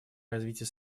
развития